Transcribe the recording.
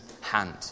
hand